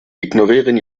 ignorieren